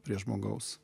prie žmogaus